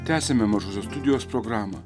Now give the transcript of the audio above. tęsiame mažosios studijos programą